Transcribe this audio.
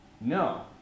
No